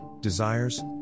desires